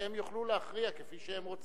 שהם יוכלו להכריע כפי שהם רוצים.